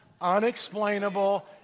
unexplainable